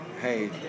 Hey